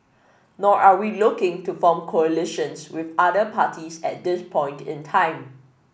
nor are we looking to form coalitions with other parties at this point in time